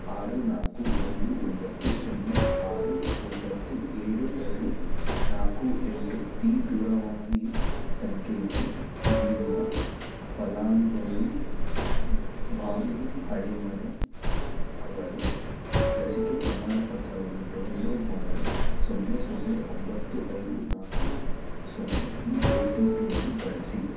ಆರು ನಾಲ್ಕು ಒಂದು ಒಂಬತ್ತು ಸೊನ್ನೆ ಆರು ಒಂಬತ್ತು ಏಳು ಎರಡು ನಾಲ್ಕು ಎಂಟು ಈ ದೂರವಾಣಿ ಸಂಖ್ಯೆಯನ್ನು ಹೊಂದಿರುವ ಫಲಾನುಭವಿ ಭಾಮಿನಿ ಹಳೆಮನೆ ಅವರ ಲಸಿಕೆ ಪ್ರಮಾಣಪತ್ರವನ್ನು ಡೌನ್ಲೋಡ್ ಮಾಡಲು ಸೊನ್ನೆ ಸೊನ್ನೆ ಒಂಬತ್ತು ಐದು ನಾಲ್ಕು ಸೊನ್ನೆ ಈ ಓ ಟಿ ಪಿಯನ್ನು ಬಳಸಿ